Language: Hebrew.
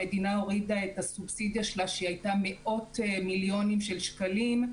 המדינה הורידה את הסובסידיה שלה שהייתה מאות מיליונים של שקלים.